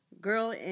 Girl